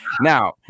now